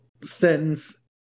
sentence